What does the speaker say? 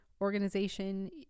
organization